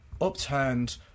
upturned